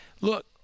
Look